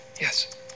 Yes